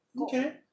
Okay